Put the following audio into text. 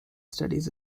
studies